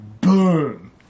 boom